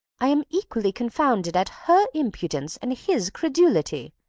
i am equally confounded at her impudence and his credulity.